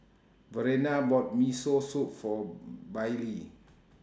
Verena bought Miso Soup For Baylie